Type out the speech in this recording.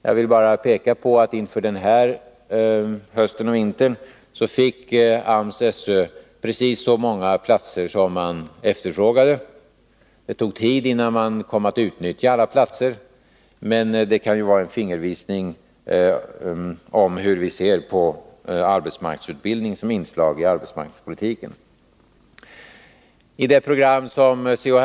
Jag vill bara peka på att inför denna höst och vinter fick AMS-SÖ precis så många platser som man efterfrågade. Det tog tidinnan man kom att utnyttja alla platser, men det kan vara en fingervisning om hur vi ser på arbetsmarknadsutbildning som inslag i arbetsmarknadspolitiken. I det program som C.-H.